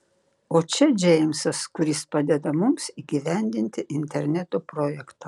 o čia džeimsas kuris padeda mums įgyvendinti interneto projektą